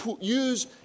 use